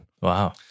Wow